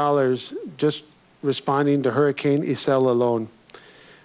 dollars just responding to hurricane isabel alone